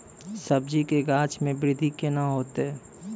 सब्जी के गाछ मे बृद्धि कैना होतै?